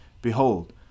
Behold